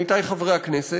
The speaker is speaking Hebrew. עמיתי חברי הכנסת,